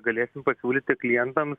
galėsim pasiūlyti klientams